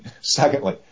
Secondly